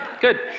good